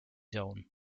zone